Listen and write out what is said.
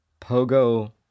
Pogo